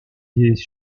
des